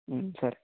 సరే